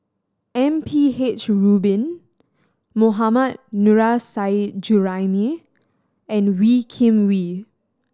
M P H Rubin Mohammad Nurrasyid Juraimi and Wee Kim Wee